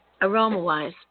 aroma-wise